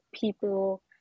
people